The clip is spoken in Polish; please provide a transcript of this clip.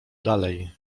dalej